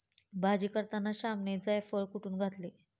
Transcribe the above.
भाजी करताना श्यामने जायफळ कुटुन घातले